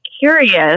curious